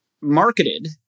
marketed